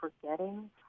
forgetting